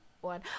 one